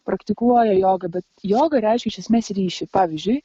praktikuoja jogą bet joga reiškia iš esmės ryšį pavyzdžiui